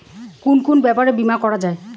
কুন কুন ব্যাপারে বীমা করা যায়?